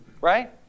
right